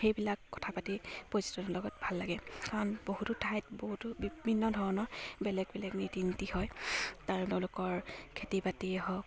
সেইবিলাক কথা পাতি পৰিস্থিতিৰ লগত ভাল লাগে কাৰণ বহুতো ঠাইত বহুতো বিভিন্ন ধৰণৰ বেলেগ বেলেগ ৰীতি নীতি হয় তেওঁলোকৰ খেতি বাতিয়ে হওক